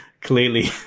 clearly